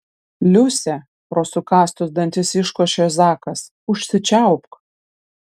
liuse pro sukąstus dantis iškošė zakas užsičiaupk